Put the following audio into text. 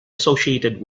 associated